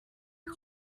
you